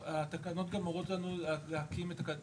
והתקנות גם מורות לנו להקים את הקלפיות